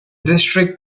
district